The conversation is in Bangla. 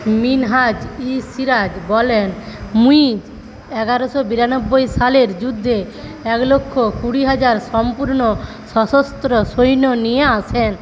মিনহাজ ই সিরাজ বলেন মুইজ এগারোশো বিরানব্বই সালের যুদ্ধে এক লক্ষ কুড়ি হাজার সম্পূর্ণ সশস্ত্র সৈন্য নিয়ে আসেন